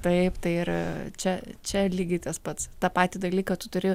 taip tai ir čia čia lygiai tas pats tą patį dalyką tu turi